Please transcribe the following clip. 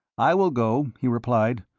i will go, he replied.